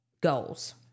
goals